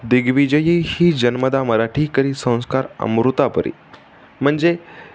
दिग्विजयी ही जन्मदा मराठी करी संस्कार अमृतापरी म्हणजे